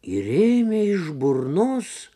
ir ėmė iš burnos